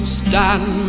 stand